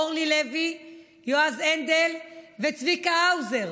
אורלי לוי, יועז הנדל וצביקה האוזר.